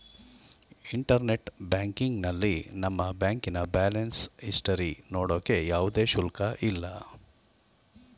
internet ಬ್ಯಾಂಕಿಂಗ್ನಲ್ಲಿ ನಮ್ಮ ಬ್ಯಾಂಕಿನ ಬ್ಯಾಲೆನ್ಸ್ ಇಸ್ಟರಿ ನೋಡೋಕೆ ಯಾವುದೇ ಶುಲ್ಕ ಇಲ್ಲ